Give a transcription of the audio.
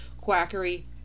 quackery